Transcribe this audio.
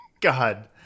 God